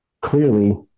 clearly